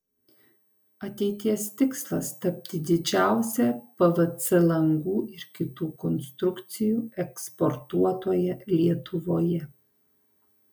ateities tikslas tapti didžiausia pvc langų ir kitų konstrukcijų eksportuotoja lietuvoje